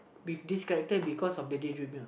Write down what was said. with this character because of the daydreamer